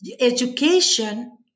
Education